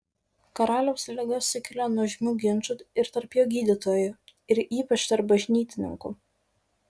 karaliaus liga sukelia nuožmių ginčų ir tarp jo gydytojų ir ypač tarp bažnytininkų